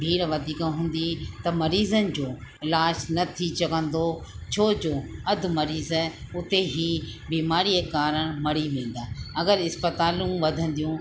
भीड़ वधीक हूंदी त मरीज़नि जो इलाज न थी सघंदो छोजो अधु मरीज़ उते ई बीमारीअ जे कारण मरी वेंदा अगरि इस्पतालूं वधंदियूं